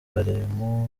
barimu